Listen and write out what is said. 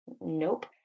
Nope